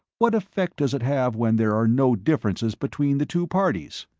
what effect does it have when there are no differences between the two parties?